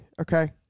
Okay